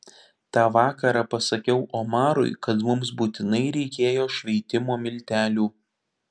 tą vakarą pasakiau omarui kad mums būtinai reikėjo šveitimo miltelių